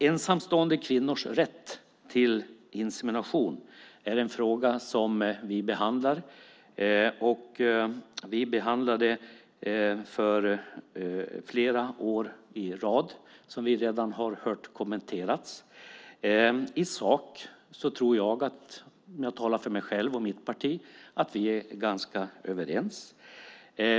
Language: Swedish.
Ensamstående kvinnors rätt till insemination är en fråga som vi behandlar. Den har vi behandlat flera år i rad, som vi har hört kommenteras. Om jag talar för mig själv och mitt parti tror jag att vi i sak är ganska överens.